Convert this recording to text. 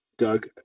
Doug